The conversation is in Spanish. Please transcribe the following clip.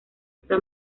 está